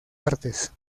artes